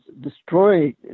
destroy